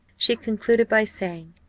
she concluded by saying,